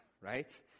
right